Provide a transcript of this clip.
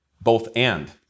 both-and